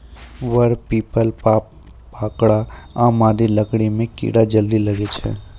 वर, पीपल, पाकड़, आम आदि लकड़ी म कीड़ा जल्दी लागै छै